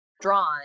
drawn